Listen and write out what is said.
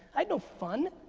i had no fun,